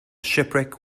shipwreck